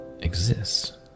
exists